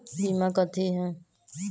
बीमा कथी है?